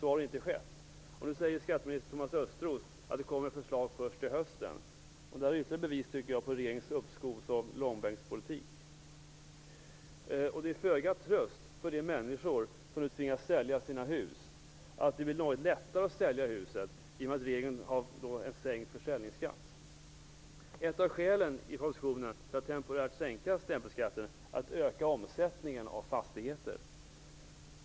Så har inte skett. Nu säger skatteminister Thomas Östros att det kommer ett förslag först till hösten. Detta är ytterligare ett bevis på regeringens uppskovsoch långbänkspolitik. Det är till föga tröst för de människor som nu tvingas sälja sina hus att det blir något lättare att sälja husen i och med att regeringen föreslår en sänkt försäljningsskatt. Ett av skälen i propositionen för att temporärt sänka stämpelskatten är en ökad omsättning av fastigheter.